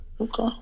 Okay